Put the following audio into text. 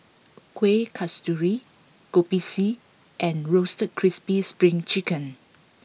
Kueh Kasturi Kopi C and Roasted Crispy Spring Chicken